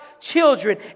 children